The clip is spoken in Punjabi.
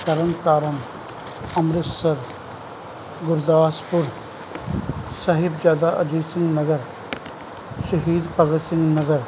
ਤਰਨਤਾਰਨ ਅੰਮ੍ਰਿਤਸਰ ਗੁਰਦਾਸਪੁਰ ਸਾਹਿਬਜ਼ਾਦਾ ਅਜੀਤ ਸਿੰਘ ਨਗਰ ਸ਼ਹੀਦ ਭਗਤ ਸਿੰਘ ਨਗਰ